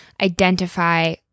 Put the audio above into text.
identify